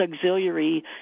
Auxiliary